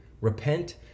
Repent